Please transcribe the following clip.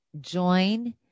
join